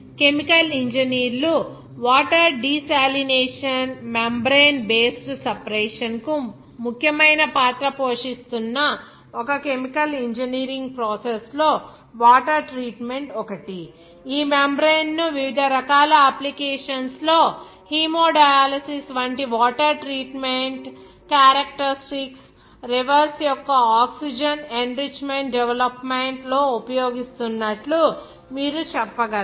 chemical ఇంజనీర్లు water desalination membrane based separation కు ముఖ్యమైన పాత్ర పోషిస్తున్న ఒక కెమికల్ ఇంజనీరింగ్ ప్రాసెస్ లో వాటర్ ట్రీట్మెంట్ ఒకటి ఈ మెంబ్రేన్ ను వివిధ రకాల అప్లికేషన్స్ లో హీమోడయాలసిస్ వంటి water treatment characteristics reverse యొక్క ఆక్సిజన్ ఎన్రిచ్మెంట్ డెవలప్మెంట్ లో ఉపయోగిస్తున్నట్లు మీరు చెప్పగలరు